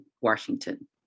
Washington